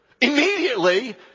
immediately